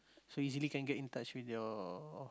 so easily can get in touch with your